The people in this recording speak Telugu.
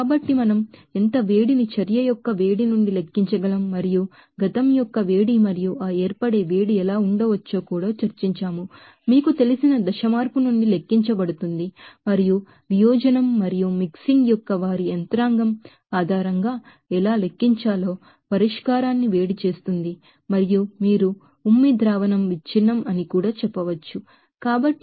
కాబట్టి మనం ఎంత వేడిని హీట్ అఫ్ ఫార్మషన్ నుండి లెక్కించగలం మరియుహీట్ అఫ్ పాస్ట్మరియు ఆ ఏర్పడే వేడి ఎలా ఉండవచ్చో కూడా చర్చించాము మీకు తెలిసిన ఫసె చేంజ్ నుండి లెక్కించబడుతుంది మరియు వియోజనం మరియు మిక్సింగ్ యొక్క వారి యంత్రాంగం ఆధారంగా ఎలా లెక్కించాలో పరిష్కారాన్ని వేడి చేస్తుంది మరియు మీరు సలివాటు సొల్యూషన్ విచ్ఛిన్నం అని కూడా చెప్పవచ్చు